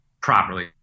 properly